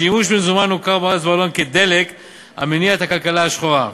השימוש במזומן הוכר בארץ ובעולם כדלק המניע את הכלכלה השחורה.